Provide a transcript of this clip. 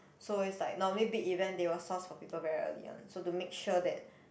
so is like normally big event they will source for people very early one so to make sure that